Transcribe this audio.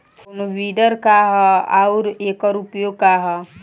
कोनो विडर का ह अउर एकर उपयोग का ह?